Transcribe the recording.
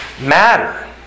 matter